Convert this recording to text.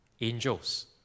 angels